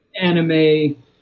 anime